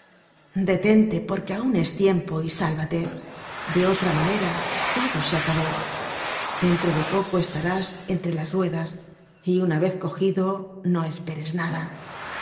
detente porque aun es tiempo y sálvate de otra manera todo se acabó dentro de poco estarás entre las ruedas y una vez cogido no esperes nada